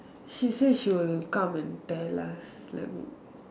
she said she will come and tell us like